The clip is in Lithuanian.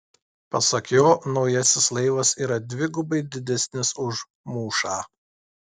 pasak jo naujasis laivas yra dvigubai didesnis už mūšą